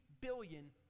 billion